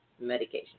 medication